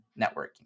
networking